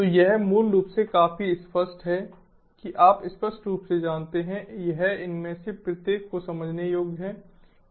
तो यह मूल रूप से काफी स्पष्ट है कि आप स्पष्ट रूप से जानते हैं यह इनमें से प्रत्येक को समझने योग्य है